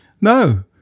No